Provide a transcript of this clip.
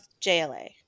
JLA